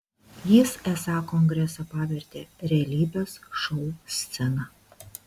jis esą kongresą pavertė realybės šou scena